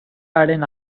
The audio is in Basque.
haren